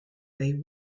they